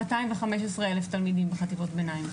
215,000 תלמידים בחטיבות הביניים.